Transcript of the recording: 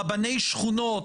רבני שכונות,